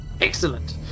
excellent